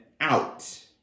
out